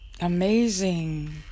amazing